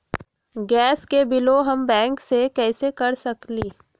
Gas के बिलों हम बैंक से कैसे कर सकली?